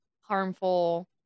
harmful